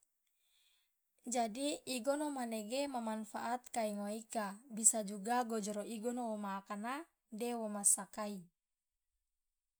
jadi igono manege ma manfaat kai ngoe ika bisa juga gojoro igono woma akana de womassakai.